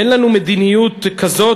אין לנו מדיניות כזאת,